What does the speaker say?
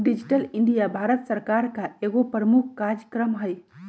digital India भारत सरकार का एगो प्रमुख काजक्रम हइ